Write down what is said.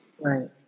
Right